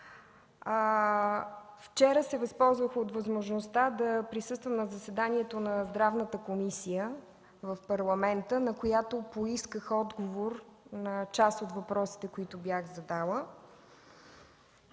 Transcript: Вчера се възползвах от възможността да присъствам на заседанието на Здравната комисия в Парламента, на което поисках отговор на част от въпросите, които бях задала.